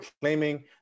claiming